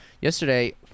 Yesterday